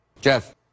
Jeff